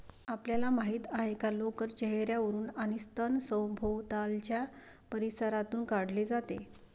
आपल्याला माहित आहे का लोकर चेहर्यावरून आणि स्तन सभोवतालच्या परिसरातून काढले जाते